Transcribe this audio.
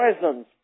presence